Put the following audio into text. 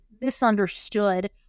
misunderstood